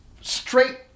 straight